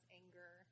anger